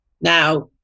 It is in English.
now